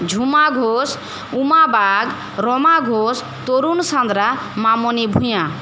Jhuma Ghosh Uma Bag Rama Ghosh Tarun Santra Mamoni Bhuiyan